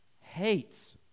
hates